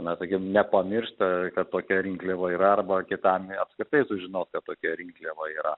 na sakim nepamiršta tokia rinkliava yra arba kitam apskritai sužinot kad tokia rinkliava yra